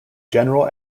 general